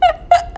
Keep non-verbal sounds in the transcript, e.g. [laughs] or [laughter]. [laughs]